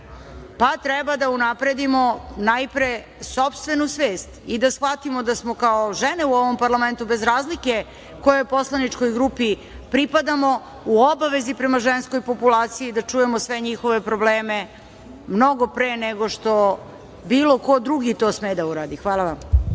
pa treba da unapredimo najpre sopstvenu svest i da shvatimo da smo kao žene u ovom parlamentu bez razlike kojoj poslaničkoj grupi pripadamo u obavezi prema ženskoj populaciji, da čujemo sve njihove probleme, mnogo pre nego što bilo ko drugi to sme da uradi. Hvala vam.